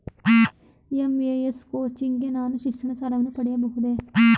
IAS coaching ಗೆ ನಾನು ಶಿಕ್ಷಣ ಸಾಲವನ್ನು ಪಡೆಯಬಹುದೇ?